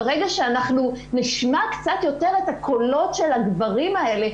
ברגע שאנחנו נשמע קצת יותר את הקולות של הגברים האלה,